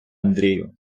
андрію